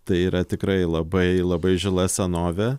tai yra tikrai labai labai žila senovė